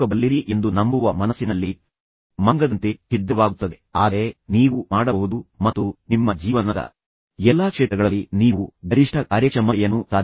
ಹೆಚ್ಚಿನ ಸಮಯಗಳಲ್ಲಿ ನಿಜವಾಗಿಯೂ ಅನುಮಾನಾಸ್ಪದ ನಕಾರಾತ್ಮಕ ಚಿಂತನೆಗೆ ನೀವು ಹೆದರುತ್ತೀರಿ ನೀವು ಬದುಕಬಲ್ಲಿರಿ ಎಂದು ನಂಬುವ ಮನಸ್ಸಿನಲ್ಲಿ ಮಂಗದಂತೆ ಛಿದ್ರವಾಗುತ್ತದೆ ಆದರೆ ನೀವು ಮಾಡಬಹುದು ಮತ್ತು ನಿಮ್ಮ ಜೀವನದ ಎಲ್ಲಾ ಕ್ಷೇತ್ರಗಳಲ್ಲಿ ನೀವು ಗರಿಷ್ಠ ಕಾರ್ಯಕ್ಷಮತೆಯನ್ನು ಸಾಧಿಸಬಹುದು